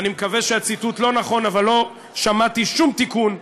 ואני מקווה שהציטוט לא נכון אבל לא שמעתי שום תיקון,